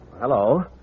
Hello